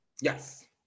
Yes